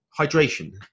hydration